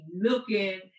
looking